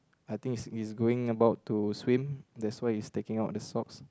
I think he's he's going about to swim that's why he's taking out the socks